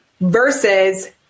versus